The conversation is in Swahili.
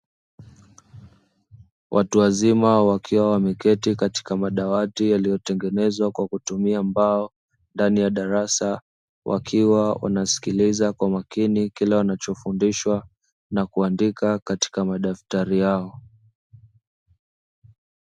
Watu wazima wakiwa wameketi katika madawati yaliyotengenezwa kwa kutumia mbao, ndani ya darasa wakiwa wanasikiliza kwa makini kila wanachofundishwa na kuandika katika madaftari yao.